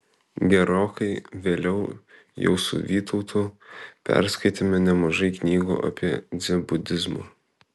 gerokai vėliau jau su vytautu perskaitėme nemažai knygų apie dzenbudizmą